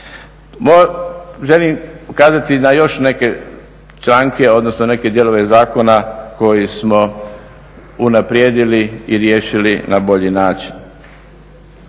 Želim ukazati na još neke članke, odnosno neke dijelove zakona koji smo unaprijedili i riješili na bolji način.